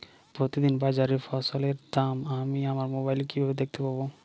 প্রতিদিন বাজারে ফসলের দাম আমি আমার মোবাইলে কিভাবে দেখতে পাব?